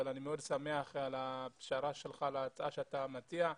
אבל אני מאוד שמח על הפשרה שלך להצעה שאתה מציע.